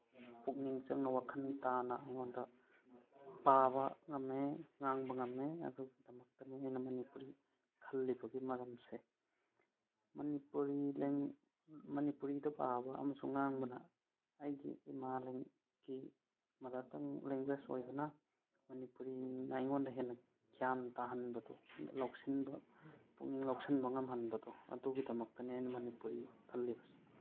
ꯄꯨꯛꯅꯤꯡ ꯆꯪꯅ ꯋꯥꯈꯟ ꯇꯥꯅ ꯑꯩꯉꯣꯟꯗ ꯄꯥꯕ ꯉꯝꯃꯦ ꯉꯥꯡꯕ ꯉꯝꯃꯦ ꯑꯗꯨꯒꯤꯗꯃꯛꯇꯅꯤ ꯑꯩꯅ ꯃꯅꯤꯄꯨꯔꯤ ꯈꯜꯂꯤꯕꯒꯤ ꯃꯔꯝꯁꯦ ꯃꯅꯤꯄꯨꯔꯤ ꯃꯅꯤꯄꯨꯔꯤꯗ ꯄꯥꯕ ꯑꯃꯁꯨꯡ ꯉꯥꯡꯕꯅ ꯑꯩꯒꯤ ꯏꯃꯥꯒꯤ ꯃꯥꯗꯔ ꯇꯪ ꯂꯦꯡꯒ꯭ꯋꯦꯖ ꯑꯣꯏꯕꯅ ꯃꯅꯤꯄꯨꯔꯤꯅ ꯑꯩꯉꯣꯟꯗ ꯍꯦꯟꯅ ꯒ꯭ꯌꯥꯟ ꯇꯥꯍꯟꯕꯗꯣ ꯂꯧꯁꯤꯟꯕ ꯄꯨꯛꯅꯤꯡ ꯂꯧꯁꯤꯟꯕ ꯉꯝꯍꯟꯕꯗꯣ ꯑꯗꯨꯒꯤꯗꯃꯛꯇꯅꯦ ꯑꯩꯅ ꯃꯅꯤꯄꯨꯔꯤ ꯈꯜꯂꯤꯕꯁꯤ